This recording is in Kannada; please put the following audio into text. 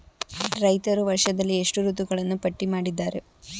ರೈತರು ವರ್ಷದಲ್ಲಿ ಎಷ್ಟು ಋತುಗಳನ್ನು ಪಟ್ಟಿ ಮಾಡಿದ್ದಾರೆ?